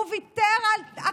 הוא ויתר על בכורה,